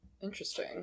Interesting